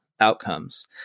outcomes